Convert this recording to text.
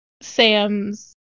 Sam's